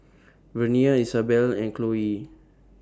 Vernie Isabelle and Chloie